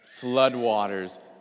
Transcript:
floodwaters